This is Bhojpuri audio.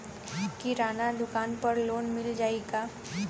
किराना दुकान पर लोन मिल जाई का?